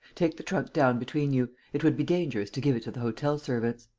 take the trunk down between you. it would be dangerous to give it to the hotel-servants.